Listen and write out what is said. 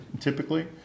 typically